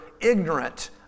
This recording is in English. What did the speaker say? ignorant